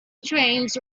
trains